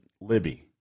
Libby